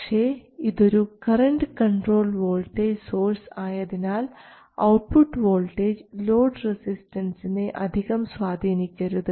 പക്ഷേ ഇതൊരു current controlled voltage source ആയതിനാൽ ഔട്ട്പുട്ട് വോൾട്ടേജ് ലോഡ് റെസിസ്റ്റൻസിനെ അധികം സ്വാധീനിക്കരുത്